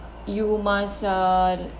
you must uh